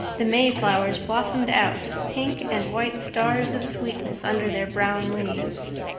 the mayflowers blossomed out, pink and white stars of sweetness under their brown leaves.